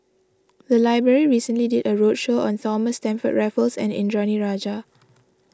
the library recently did a roadshow on Thomas Stamford Raffles and Indranee Rajah